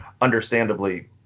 understandably